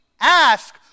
ask